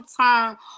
term